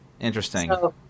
Interesting